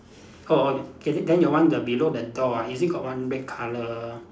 orh okay then your one the below the door ah is it got one red colour